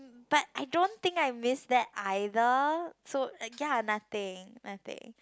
but I don't think I miss that either so ya nothing nothing